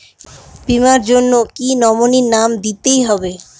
বীমার জন্য কি নমিনীর নাম দিতেই হবে?